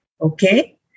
Okay